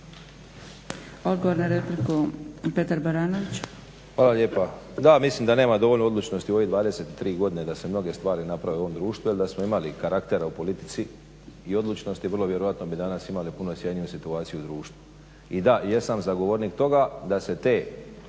**Baranović, Petar (HNS)** Hvala lijepa. Da, mislim da nema dovoljno odlučnosti u ove 23 godine da se mnoge stvari naprave u ovom društvu jer da smo imali karaktera u politici i odlučnosti vrlo vjerojatno bi danas imali puno sjajniju situaciju u društvu. I da, jesam zagovornik toga da se te